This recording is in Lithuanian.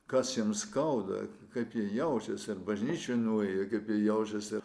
kas jiems skauda kaip jie jaučiasi ir bažnyčion nuėję kaip jie jaučiasi